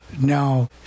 Now